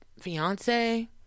fiance